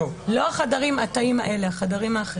לא התאים האלה, החדרים האחרים.